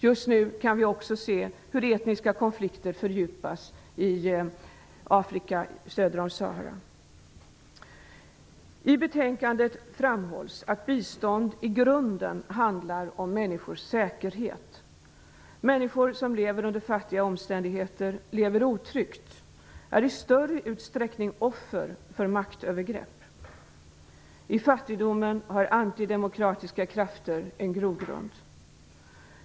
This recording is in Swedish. Just nu kan vi också se att etniska konflikter fördjupas i Afrika söder om I betänkandet framhålls att bistånd i grunden handlar om människors säkerhet. Människor som lever under fattiga omständigheter lever otryggt och är i större utsträckning offer för maktövergrepp. I fattigdomen har antidemokratiska krafter en grogrund.